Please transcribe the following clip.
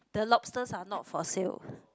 the lobsters are not for sale